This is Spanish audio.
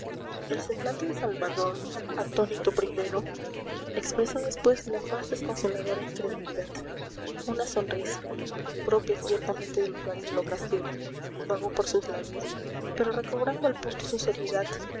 el semblante de salvador atónito primero expresó después la más desconsoladora incredulidad una sonrisa impropia ciertamente del lugar y de la ocasión vagó por sus labios pero recobrando al punto su seriedad